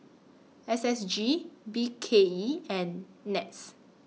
S S G B K E and Nets